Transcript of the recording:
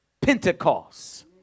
Pentecost